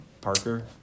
Parker